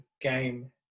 game